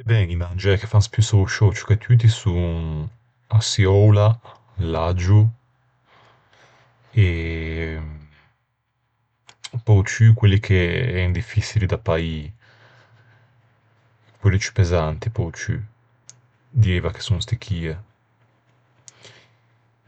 E ben, i mangiæ che fan spussâ o sciou ciù che tutti son a çioula, l'aggio, pe-o ciù quelli che en diffiçili da paî. Quelli ciù pesanti, pe-o ciù. Dieiva che son sti chie.